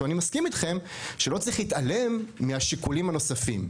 אני מסכים איתכם שלא צריך להתעלם מהשיקולים הנוספים,